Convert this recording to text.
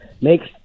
makes